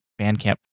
Bandcamp